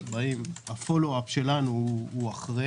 הפולו אפ שלנו הוא אחרי